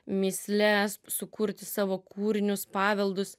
mįsles sukurti savo kūrinius paveldus